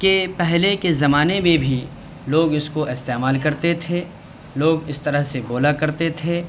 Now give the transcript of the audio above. کہ پہلے کے زمانے میں بھی لوگ اس کو استعمال کرتے تھے لوگ اس طرح سے بولا کرتے تھے